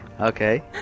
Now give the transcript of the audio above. Okay